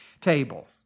table